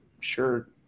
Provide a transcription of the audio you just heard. sure